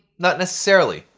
not necessarily.